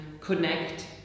connect